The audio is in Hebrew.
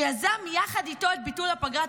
שיזם יחד איתו את ביטול הפגרה,